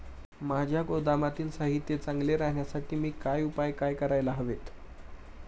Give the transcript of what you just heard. माझ्या गोदामातील साहित्य चांगले राहण्यासाठी मी काय उपाय काय करायला हवेत?